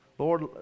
Lord